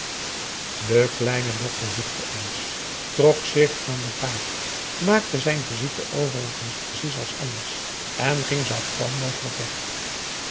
de kleine dokter zuchtte eens trok zich aan den baard maakte zijn visite overigens precies als anders en ging zoo gauw mogelijk weg